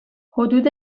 حدود